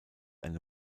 eine